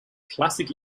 classic